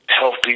healthy